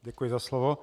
Děkuji za slovo.